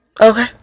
Okay